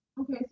Okay